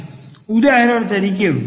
ઉદાહરણ તરીકે આપણે yx2 માટે સમજીએ